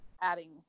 adding